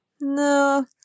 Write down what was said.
No